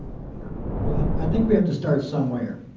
um i think we have to start somewhere.